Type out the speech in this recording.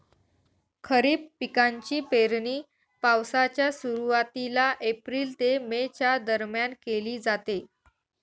खरीप पिकांची पेरणी पावसाच्या सुरुवातीला एप्रिल ते मे च्या दरम्यान केली जाते